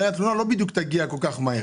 התלונה הרי לא בדיוק תגיע כל כך מהר.